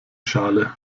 schale